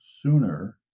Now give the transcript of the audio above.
sooner